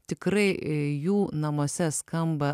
tikrai jų namuose skamba